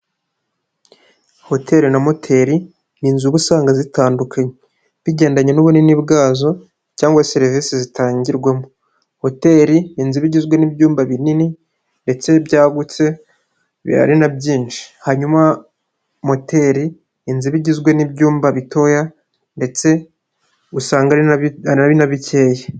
Hoteli na moteli ni inzuga usanga zitandukanye bigendanye n'ubunini bwazo, cyangwa serivisi zitangirwamo. Hoteli inzu igizwe n'ibyumba binini ndetse byagutse biba ari na byinshi, hanyuma moteli inzu iba igizwe n'ibyumba bitoya, ndetse usanga ari na bikeya.